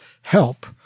help